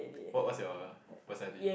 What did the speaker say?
what what's your personality